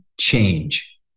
change